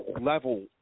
level